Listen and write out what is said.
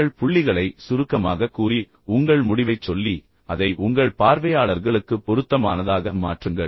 உங்கள் புள்ளிகளை சுருக்கமாகக் கூறி உங்கள் முடிவைச் சொல்லி அதை உங்கள் பார்வையாளர்களுக்கு பொருத்தமானதாக மாற்றுங்கள்